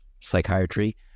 psychiatry